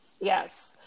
Yes